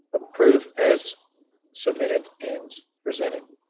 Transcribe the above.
approve as submitted and presented.